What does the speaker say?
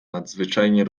nadzwyczajnie